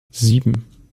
sieben